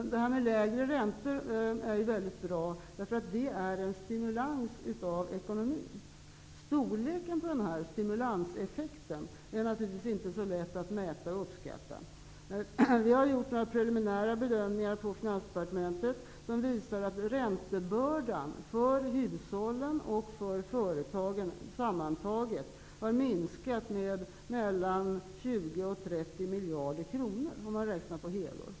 Att räntorna nu är lägre är väldigt bra, eftersom det innebär en stimulans av ekonomin. Storleken på den här stimulanseffekten är naturligtvis inte så lätt att mäta och uppskatta. Vi har på Finansdepartementet gjort preliminära bedömningar som visar att räntebördan för hushållen och för företagen sammmantaget har minskat med mellan 20 och 30 miljarder kronor, räknat på helår.